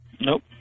nope